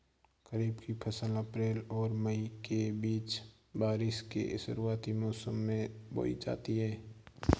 खरीफ़ की फ़सल अप्रैल और मई के बीच, बारिश के शुरुआती मौसम में बोई जाती हैं